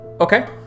Okay